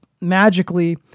magically